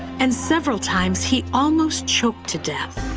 and several times he almost choked to death.